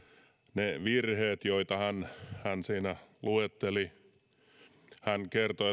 ne virheet joita hän hän siinä luetteli hän kertoi